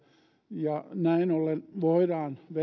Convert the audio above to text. ja näin ollen voidaan